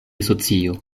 socio